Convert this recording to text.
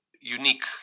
unique